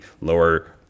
lower